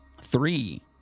three